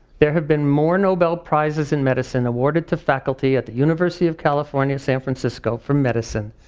there have been more nobel prizes in medicine awarded to faculty at the university of california san francisco for medicine,